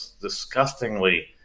disgustingly